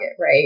right